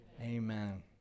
amen